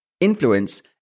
Influence